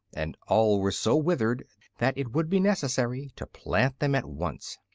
and all were so withered that it would be necessary to plant them at once.